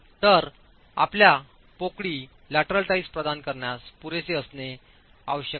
तर आपल्या पोकळी लॅटरल टाईज प्रदान करण्यास पुरेसे असणे आवश्यक आहे